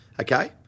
okay